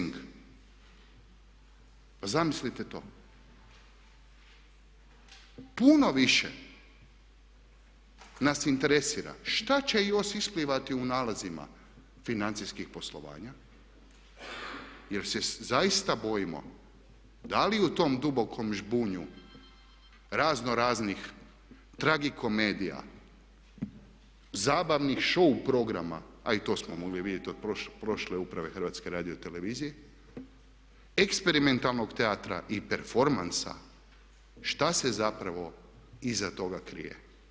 Puno više nas interesira što će još isplivati u nalazima financijskih poslovanja jer se zaista bojimo da li u tom dubokom žbunju raznoraznih tragikomedija zabavnih show programa a i to smo mogli vidjeti od prošle uprave HRT-a eksperimentalnog teatra i performansa šta se zapravo iza toga krije.